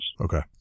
Okay